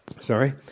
Sorry